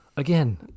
Again